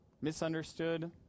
misunderstood